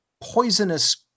poisonous